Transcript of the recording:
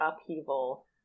upheaval